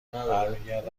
برمیگردد